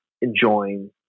enjoying